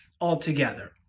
altogether